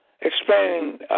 explaining